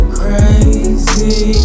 crazy